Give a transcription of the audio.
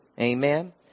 Amen